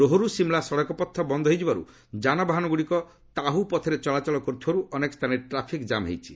ରୋହ୍ରୁ ସିମ୍ଳା ସଡ଼କ ପଥ ବନ୍ଦ ହୋଇଯିବାରୁ ଯାନବାହନଗୁଡ଼ିକ ତାହୁ ପଥରେ ଚଳାଚଳ କରୁଥିବାରୁ ଅନେକ ସ୍ଥାନରେ ଟ୍ରାଫିକ୍ ଜାମ୍ ହୋଇଛି